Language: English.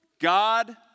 God